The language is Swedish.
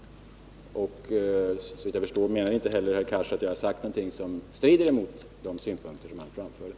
Såvitt jag förstod menade herr Cars inte heller att jag sagt någonting som strider mot de synpunkter han anförde.